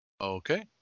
Okay